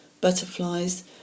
butterflies